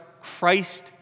Christ